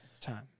Time